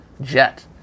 jet